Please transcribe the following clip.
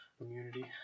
Immunity